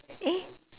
eh